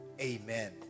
amen